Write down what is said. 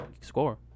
score